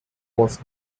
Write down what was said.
was